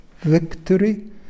victory